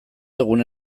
gune